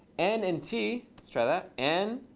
n and t. let's try that. n,